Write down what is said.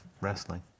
wrestling